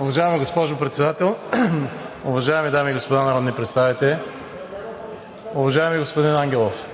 Уважаема госпожо Председател, уважаеми дами и господа народни представители! Уважаеми господин Ангелов,